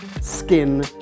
skin